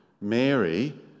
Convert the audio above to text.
Mary